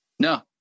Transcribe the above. no